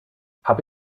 habe